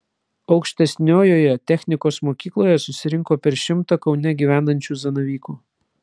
aukštesniojoje technikos mokykloje susirinko per šimtą kaune gyvenančių zanavykų